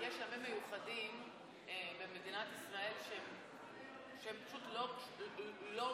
יש ימים מיוחדים במדינת ישראל שהם פשוט לא מצוינים,